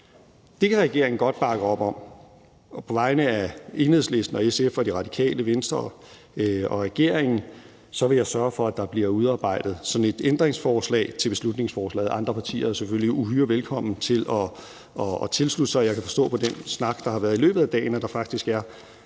Det kan regeringen godt bakke op om, og på vegne af Enhedslisten, SF, Radikale Venstre og regeringen vil jeg sørge for, at der bliver udarbejdet sådan et ændringsforslag til beslutningsforslaget. Andre partier er selvfølgelig uhyre velkommen til at tilslutte sig. Jeg kan forstå på den snak, der har været i løbet af dagen, at der